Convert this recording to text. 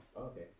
Okay